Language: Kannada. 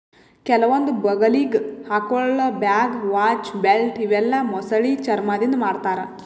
ಕೆಲವೊಂದ್ ಬಗಲಿಗ್ ಹಾಕೊಳ್ಳ ಬ್ಯಾಗ್, ವಾಚ್, ಬೆಲ್ಟ್ ಇವೆಲ್ಲಾ ಮೊಸಳಿ ಚರ್ಮಾದಿಂದ್ ಮಾಡ್ತಾರಾ